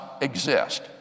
exist